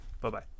Bye-bye